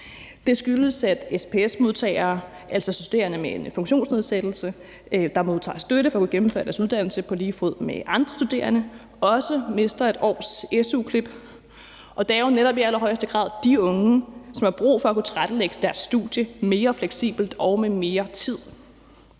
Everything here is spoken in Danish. Det skyldes, at SPS-modtagere, altså studerende med en funktionsnedsættelse, der modtager støtte for at kunne gennemføre deres uddannelse på lige fod med andre studerende, også mister 1 års su-klip. Det er jo netop i allerhøjeste grad de unge, som har brug for at kunne tilrettelægge deres studie mere fleksibelt og med mere tid.